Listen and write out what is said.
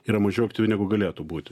yra mažiau aktyvi negu galėtų būti